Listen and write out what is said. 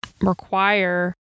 require